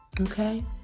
Okay